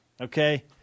okay